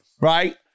right